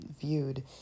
viewed